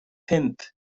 pump